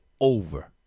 over